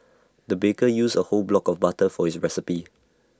the baker used A whole block of butter for his recipe